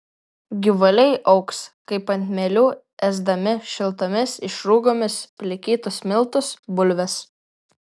gyvuliai augs kaip ant mielių ėsdami šiltomis išrūgomis plikytus miltus bulves